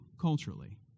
culturally